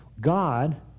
God